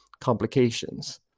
complications